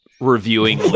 reviewing